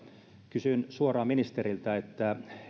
kysyn suoraan ministeriltä